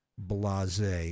blase